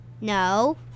No